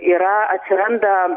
yra atsiranda